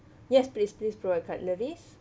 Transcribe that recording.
yes please please provide cutleries